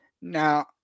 Now